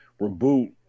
reboot